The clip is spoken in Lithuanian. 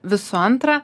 visų antra